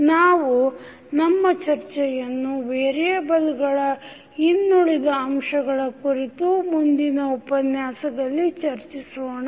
ನಾವು ನಮ್ಮ ಚರ್ಚೆಯನ್ನು ವೇರಿಯೆಬಲ್ಗಳ ಇನ್ನುಳಿದ ಅಂಶಗಳ ಕುರಿತು ಮುಂದಿನ ಉಪನ್ಯಾಸದಲ್ಲಿ ಚರ್ಚಿಸೋಣ